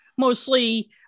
Mostly